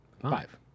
Five